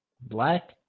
Black